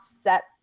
set